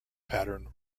pattern